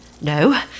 No